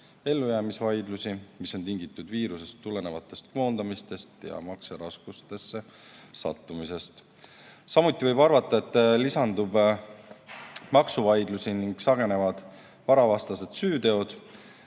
ellujäämisvaidlusi, mis on tingitud viirusest tulenevatest koondamistest ja makseraskustesse sattumisest. Samuti võib arvata, et lisandub maksuvaidlusi ning sagenevad varavastased süüteod.